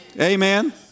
Amen